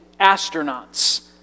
astronauts